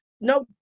no